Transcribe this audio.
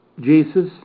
Jesus